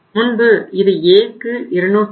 முன்பு இது Aக்கு 224